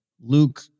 Luke